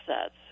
assets